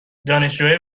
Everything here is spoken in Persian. دانشجوهای